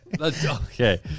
okay